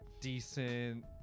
Decent